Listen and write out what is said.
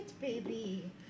baby